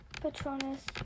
Patronus